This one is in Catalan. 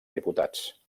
diputats